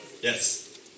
Yes